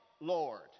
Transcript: Lord